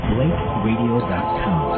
BlakeRadio.com